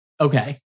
Okay